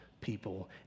people